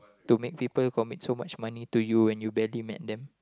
to make commit so much money to you and you barely met them